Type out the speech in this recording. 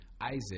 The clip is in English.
Isaac